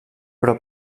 però